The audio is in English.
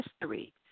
history